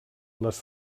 les